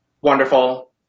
wonderful